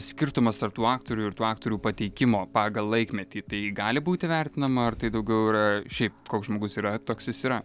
skirtumas tarp tų aktorių ir tų aktorių pateikimo pagal laikmetį tai gali būti vertinama ar tai daugiau yra šiaip koks žmogus yra toks jis yra